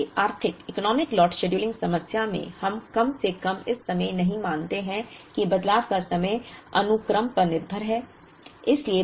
इसलिए आर्थिक economic lot scheduling समस्या में हम कम से कम इस समय नहीं मानते हैं कि बदलाव का समय अनुक्रम पर निर्भर है